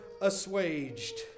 assuaged